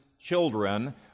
children